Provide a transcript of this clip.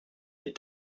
les